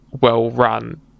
well-run